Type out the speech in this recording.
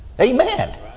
Amen